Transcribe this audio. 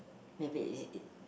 maybe is it it